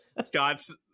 Scott's